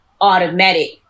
automatic